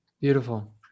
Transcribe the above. beautiful